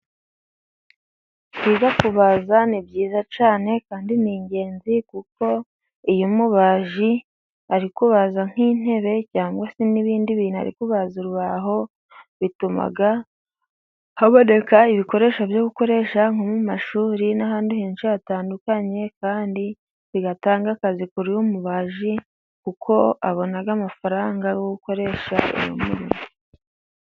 Kwiga kubaza ni byiza cyane kandi ni ingenzi, kuko iyo umubaji ari kubaza nk'intebe cyangwa se n'ibindi bintu ari kubaza urubaho, bituma haboneka ibikoresho byo gukoresha nko mu mashuri n'ahandi henshi hatandukanye, kandi bigatanga akazi kuri uwo mubaji, kuko abona amafaranga yo gukoresha ibindi bintu.